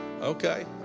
Okay